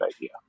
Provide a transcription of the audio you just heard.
idea